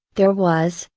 there was,